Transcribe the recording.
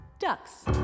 Ducks